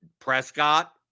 Prescott